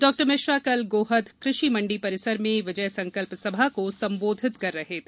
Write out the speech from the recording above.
डॉ मिश्रा कल गोहद कृषि मंडी परिसर में विजय संकल्प सभा को संबोधित कर रहे थे